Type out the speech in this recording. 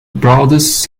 brothers